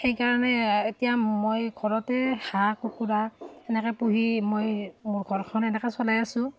সেইকাৰণে এতিয়া মই ঘৰতে হাঁহ কুকুৰা এনেকৈ পুহি মই মোৰ ঘৰখন এনেকৈ চলাই আছো